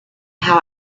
how